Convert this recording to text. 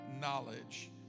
knowledge